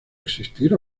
existir